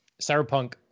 cyberpunk